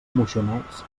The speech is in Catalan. moixonets